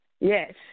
Yes